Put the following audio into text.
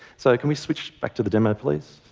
so can we switch back to the demo, please?